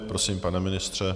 Prosím, pane ministře.